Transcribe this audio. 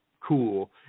cool